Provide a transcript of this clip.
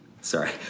Sorry